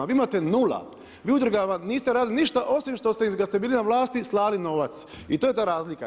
Vi imate 0. Vi u udrugama niste radili ništa, osim što ste kad ste bili na vlasti i slali novac i to je ta razlika.